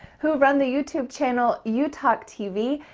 who run the youtube channel youtalktv,